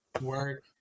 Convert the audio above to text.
work